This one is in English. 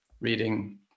reading